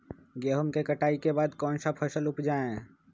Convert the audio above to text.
गेंहू के कटाई के बाद कौन सा फसल उप जाए?